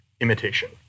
imitation